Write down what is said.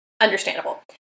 Understandable